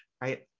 right